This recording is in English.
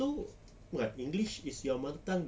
so what english is your mother tongue